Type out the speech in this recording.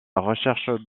recherche